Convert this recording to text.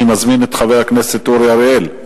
אני מזמין את חבר הכנסת אורי אריאל.